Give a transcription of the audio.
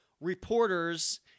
reporters